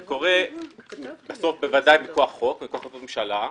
זה בוודאי קורה מכוח חוק ומכוח החלטות ממשלה,